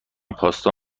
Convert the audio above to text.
پاستا